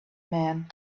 man